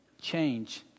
change